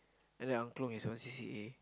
and then angklung is one C_C_A